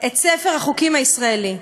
את ספר החוקים הישראלי.